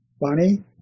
Bonnie